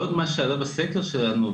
עוד משהו שעלה בסקר שלנו,